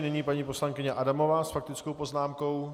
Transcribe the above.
Nyní paní poslankyně Adamová s faktickou poznámkou.